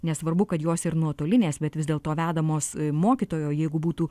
nesvarbu kad jos ir nuotolinės bet vis dėlto vedamos mokytojo jeigu būtų